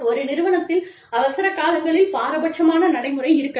ஒரு நிறுவனத்தில் அவசர காலங்களில் பாரபட்சமான நடைமுறை இருக்கலாம்